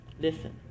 Listen